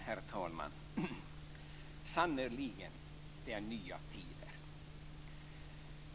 Herr talman! Sannerligen - det är nya tider!